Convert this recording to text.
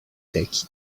take